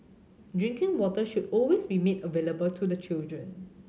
drinking water should always be made available to the children